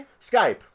Skype